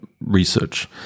research